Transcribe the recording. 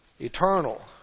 eternal